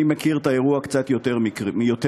אני מכיר את האירוע קצת יותר מהקריאה.